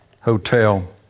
hotel